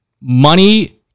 money